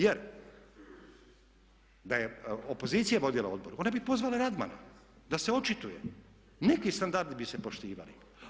Jer da je opozicija vodila odbor ona bi pozvala Radmana da se očituje, neki standardi bi se poštivali.